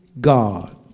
God